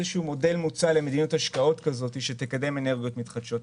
יש פה מודל מוצע למדיניות השקעות כזאת שתקדם אנרגיות מתחדשות.